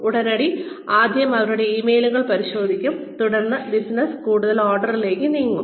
ഉടനടി ആദ്യം അവരുടെ ഇമെയിലുകൾ പരിശോധിക്കും തുടർന്ന് ബിസിനസ്സിന്റെ കൂടുതൽ ഓർഡറുകളിലേക്ക് നീങ്ങും